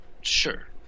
Sure